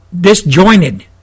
disjointed